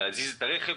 להזיז את הרכב.